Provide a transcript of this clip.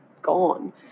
gone